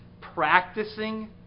practicing